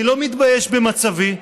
אני לא מתבייש במצבי,